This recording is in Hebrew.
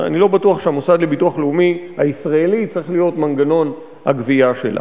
אני לא בטוח שהמוסד לביטוח לאומי הישראלי צריך להיות מנגנון הגבייה שלה.